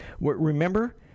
Remember